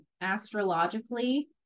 astrologically